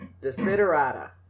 Desiderata